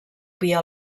pia